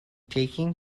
taking